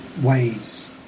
waves